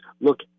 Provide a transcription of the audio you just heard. look